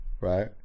right